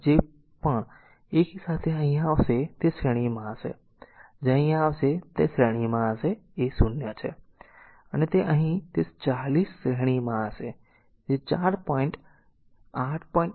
તેથી જે પણ 1a સાથે અહીં આવશે તે શ્રેણીમાં હશે જે અહીં આવશે તે શ્રેણીમાં હશે a0 છે અને જે અહીં આવશે તે 40 શ્રેણીમાં હશે જે 4 પોઈન્ટ 4 8